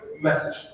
message